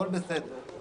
הכול בסדר.